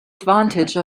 advantage